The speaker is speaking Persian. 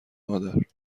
مادر